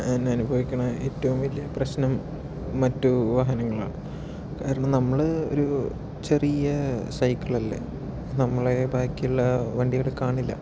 അനുഭവിക്കുന്ന ഏറ്റവും വലിയ പ്രശ്നം മറ്റു വാഹനങ്ങളാണ് കാരണം നമ്മൾ ഒരു ചെറിയ സൈക്കിൾ അല്ലേ നമ്മളെ ബാക്കി ഉള്ള വണ്ടികൾ കാണില്ല